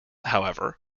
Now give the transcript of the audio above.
however